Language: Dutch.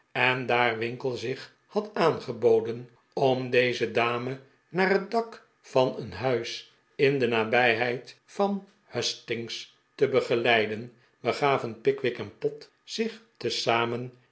en daar winkle zich had aangeboden om deze dame naar het dak van een huis in de nabijheid van de hustings te begeleiden begaven pickwick en pott zich tezamen